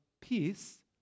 peace